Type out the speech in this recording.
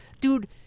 Dude